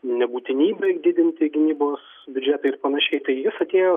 nebūtinybę didinti gynybos biudžetą ir panašiai tai jis atėjo